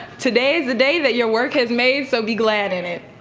today is the day that your work has made so be glad in it.